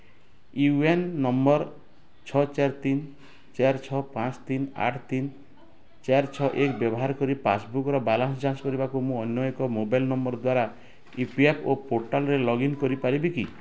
you A N number ଛଅ ଚାରି ତିନି ଚାରି ଛଅ ପାଞ୍ଚ ତିନି ଆଠ ତିନି ଚାରି ଛଅ ଏକ ବ୍ୟବହାର କରି ପାସ୍ବୁକ୍ର ବାଲାନ୍ସ ଯାଞ୍ଚ କରିବାକୁ ମୁଁ ଅନ୍ୟ ଏକ ମୋବାଇଲ୍ ନମ୍ବର ଦ୍ଵାରା ଇ ପି ଏଫ୍ ଓ ପୋର୍ଟାଲ୍ରେ ଲଗ୍ଇନ୍ କରିପାରିବି କି